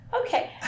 Okay